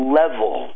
level